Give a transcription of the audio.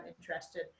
interested